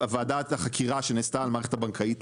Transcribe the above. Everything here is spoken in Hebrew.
ועדת החקירה שנעשתה על המערכת הבנקאית,